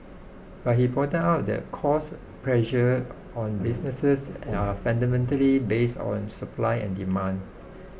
but he pointed out that cost pressures on businesses are fundamentally based on supply and demand